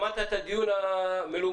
שמעת את הדיון המלומד?